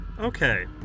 Okay